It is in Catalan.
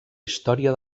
història